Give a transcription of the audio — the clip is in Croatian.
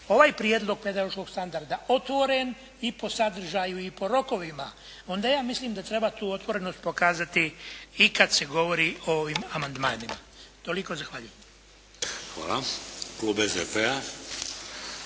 ovaj prijedlog pedagoškog standarda otvoren i po sadržaju i po rokovima. Onda ja mislim da treba tu otvorenost pokazati i kad se govori o ovim amandmanima. Toliko, zahvaljujem. **Šeks, Vladimir